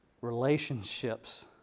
relationships